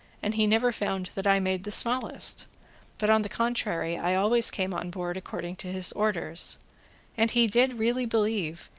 and he never found that i made the smallest but, on the contrary, i always came on board according to his orders and he did really believe,